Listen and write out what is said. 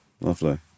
Lovely